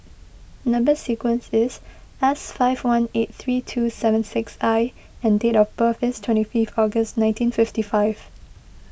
Number Sequence is S five one eight three two seven six I and date of birth is twenty five August nineteen fifty five